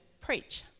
preach